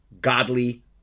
godly